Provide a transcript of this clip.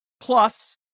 Plus